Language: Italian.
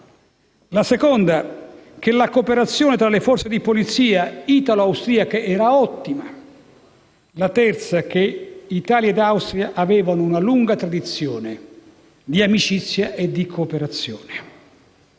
La seconda è che la cooperazione tra le forze di polizia italo-austriache era ottima. La terza è che Italia e Austria avevano una lunga tradizione di amicizia e di cooperazione.